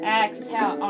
exhale